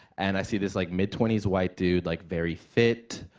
and i see this, like, mid twenty s white dude, like, very fit,